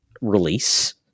release